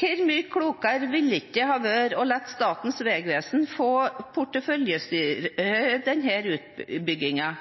Hvor mye klokere ville det ikke ha vært å la Statens vegvesen få porteføljestyre utbyggingen,